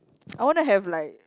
I wanna have like